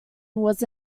was